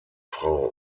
frau